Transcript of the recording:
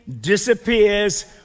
disappears